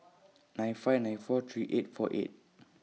nine five nine four three eight four eight